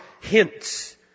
hints